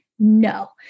No